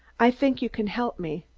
i think you can help me.